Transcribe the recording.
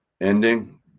ending